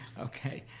okay.